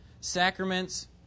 sacraments